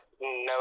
no